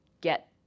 get